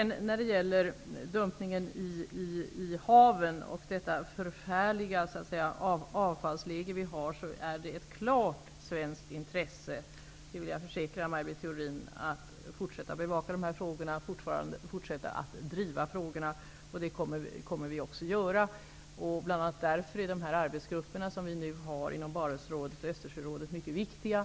När det gäller dumpningen i haven och det förfärliga avfallsläge som vi har är det ett klart svenskt intresse -- det försäkrar jag Maj Britt Theorin -- att fortsätta att bevaka och driva dessa frågor. Det kommer vi också att göra. Bl.a. därför är de arbetsgrupper som vi har i Barentsrådet och Östersjörådet mycket viktiga.